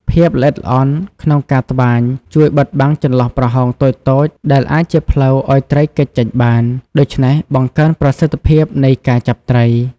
ភាពល្អិតល្អន់ក្នុងការត្បាញ ជួយបិទបាំងចន្លោះប្រហោងតូចៗ ដែលអាចជាផ្លូវឲ្យត្រីគេចចេញបាន ដូច្នេះបង្កើនប្រសិទ្ធភាពនៃការចាប់ត្រី។